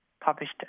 published